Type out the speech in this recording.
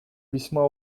весьма